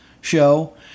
show